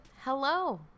hello